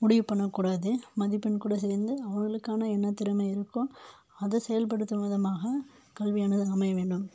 முடிவு பண்ணக் கூடாது மதிப்பெண் கூட சேர்ந்து அவர்களுக்கான என்ன திறமை இருக்கோ அதை செயல்படுத்தும் விதமாக கல்வியானது அமைய வேண்டும்